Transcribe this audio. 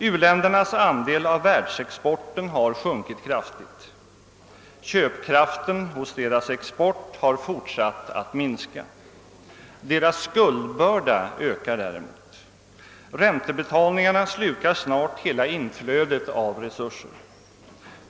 U-ländernas andel av världsexporten har sjunkit kraftigt; köpkraften hos deras export har fortsatt att minska. Deras skuldbörda ökar däremot. Räntebetalningarna slukar snart hela inflödet av resurser.